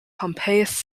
pompeius